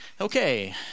Okay